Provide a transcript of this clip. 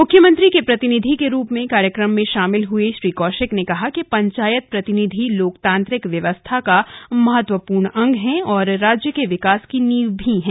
मुख्यमंत्री के प्रतिनिधि के रूप में कार्यक्रम में शामिल हुए श्री कौशिक ने कहा कि पंचायत प्रतिनिधि लोकतांत्रिक व्यवस्था का महत्वपूर्ण अंग है और राज्य के विकास की नींव भी है